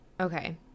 okay